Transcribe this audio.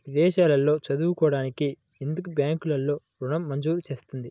విదేశాల్లో చదువుకోవడానికి ఎందుకు బ్యాంక్లలో ఋణం మంజూరు చేస్తుంది?